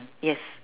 yes